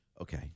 Okay